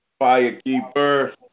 Firekeeper